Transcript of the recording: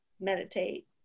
meditate